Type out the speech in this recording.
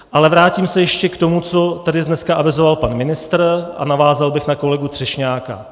Ale vrátím se ještě k tomu, co tady dneska avizoval pan ministr, a navázal bych na kolegu Třešňáka.